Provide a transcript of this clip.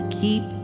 keep